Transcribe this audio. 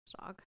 dog